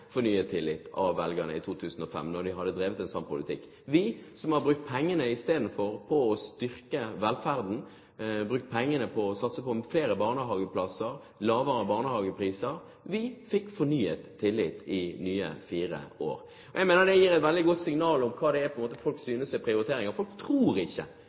fornyet tillit av velgerne i 2005 etter å ha drevet en slik politikk. Vi som isteden har brukt pengene på å styrke velferden, brukt pengene på å satse på flere barnehageplasser, lavere barnehagepriser, fikk fornyet tillit i nye fire år. Jeg mener det gir et veldig godt signal om hva folk synes er prioriteringer. Folk tror ikke på høyresidens ideer om at det er